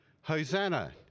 Hosanna